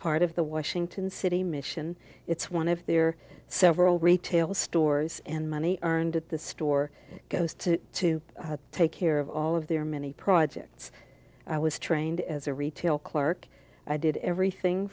part of the washington city mission it's one if there are several retail stores and money earned at the store goes to to take care of all of their many projects i was trained as a retail clerk i did everything